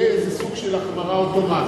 יהיה איזה סוג של החמרה אוטומטית,